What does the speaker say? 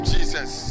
Jesus